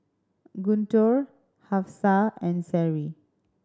Guntur Hafsa and Seri